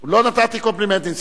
לא נתתי קומפלימנטים.